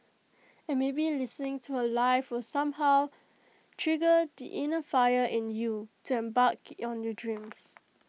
and maybe listening to her live will somehow trigger the inner fire in you to embark on your dreams